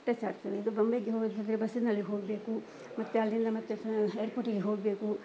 ಟೆಚ್ಚ್ ಆಗ್ತದೆ ಇದು ಬಾಂಬೆಗೆ ಹೋದರೆ ಬಸ್ಸಿನಲ್ಲಿ ಹೋಗಬೇಕು ಮತ್ತೆ ಅಲ್ಲಿಂದ ಮತ್ತೆ ಫ ಏರ್ಪೋರ್ಟಿಗೆ ಹೋಗಬೇಕು